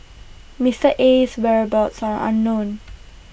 Mister Aye's whereabouts are unknown